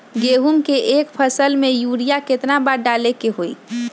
गेंहू के एक फसल में यूरिया केतना बार डाले के होई?